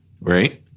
right